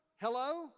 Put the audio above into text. Hello